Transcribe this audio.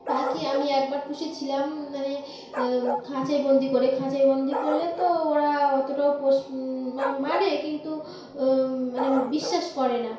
পাখি আমি একবার পুষে ছিলাম মানে খাঁচাই বন্দি করে খাঁচাই বন্দি করলে তো ওরা অতটা পোষ মানে কিন্তু মানে বিশ্বাস করে না